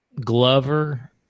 Glover